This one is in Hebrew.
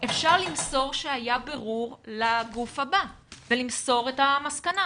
אפשר למסור שהיה בירור לגוף הבא ולמסור את המסקנה,